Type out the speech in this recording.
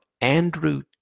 Andrew